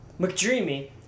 McDreamy